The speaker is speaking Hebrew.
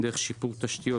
דרך שיפור תשתיות,